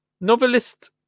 Novelist